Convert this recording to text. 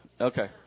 Okay